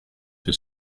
for